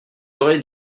oreilles